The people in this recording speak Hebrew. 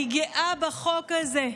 אני גאה בחוק הזה,